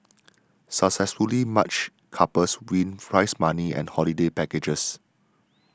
successfully matched couples win prize money and holiday packages